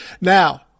Now